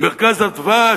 "מרכז אדוה",